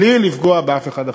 המחשבים,